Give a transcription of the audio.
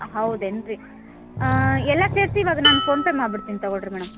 ಹೌದೇನು ರೀ ಎಲ್ಲ ಸೇರಿಸಿ ಇವಾಗ ನಾನು ಫೋನ್ ಪೇ ಮಾಡ್ಬಿಡ್ತೀನಿ ತಗೋಳ್ರಿ ಮೇಡಮ್